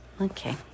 Okay